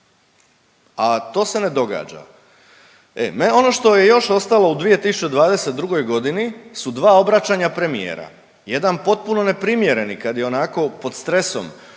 A to se ne događa e. Ono što je još ostalo u 2022. godini su 2 obraćanja premijera. Jedan potpuno neprimjereni kad je onako pod stresom